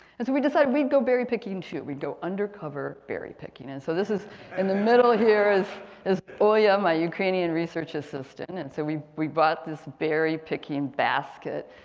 as we decided we'd go berry picking too, we'd go undercover berry picking. and so this is in the middle here, is is olja my ukrainian research assistant and so we we brought this berry picking basket,